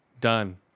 Done